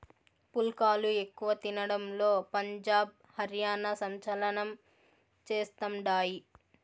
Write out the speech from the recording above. పుల్కాలు ఎక్కువ తినడంలో పంజాబ్, హర్యానా సంచలనం చేస్తండాయి